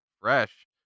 fresh